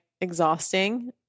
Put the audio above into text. Exhausting